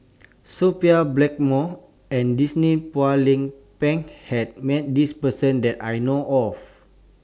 Sophia Blackmore and Denise Phua Lay Peng has Met This Person that I know of